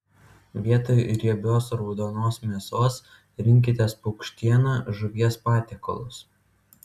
vietoj riebios raudonos mėsos rinkitės paukštieną žuvies patiekalus